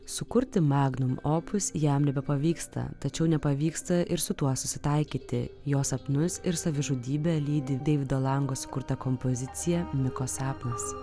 sukurti magnum opus jam pavyksta tačiau nepavyksta ir su tuo susitaikyti jo sapnus ir savižudybę lydi deivido lango sukurta kompozicija niko sapnas